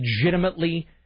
legitimately